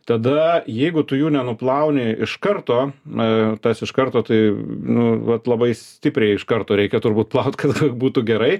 tada jeigu tu jų nenuplauni iš karto tas iš karto tai nu vat labai stipriai iš karto reikia turbūt plaut kad būtų gerai